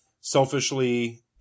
selfishly